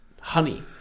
honey